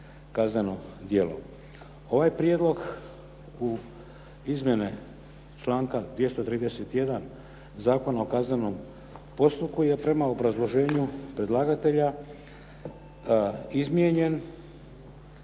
kazneno djelo. Ovaj prijedlog u izmjene članka 231. Zakona o kaznenom postupku je prema obrazloženju predlagatelja izmijenjen